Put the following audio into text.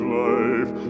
life